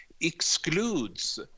excludes